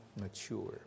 mature